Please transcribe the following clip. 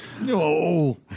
No